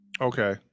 okay